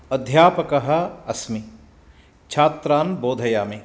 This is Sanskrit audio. अध्यापकः अस्मि छात्रान् बोधयामि